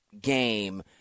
game